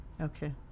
Okay